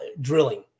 drilling